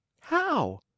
How